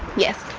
yes,